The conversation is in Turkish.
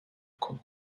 konu